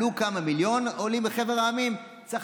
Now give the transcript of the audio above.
עלו מיליון עולים מחבר המדינות: צריך